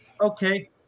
Okay